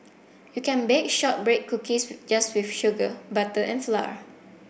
you can bake shortbread cookies just with sugar butter and flour